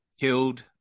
killed